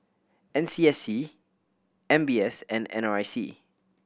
N S C S M B S and N R I C